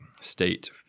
state